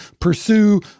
pursue